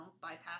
bypass